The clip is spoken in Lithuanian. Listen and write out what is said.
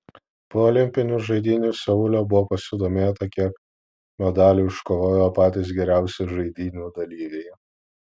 po olimpinių žaidynių seule buvo pasidomėta kiek medalių iškovojo patys geriausi žaidynių dalyviai